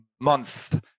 months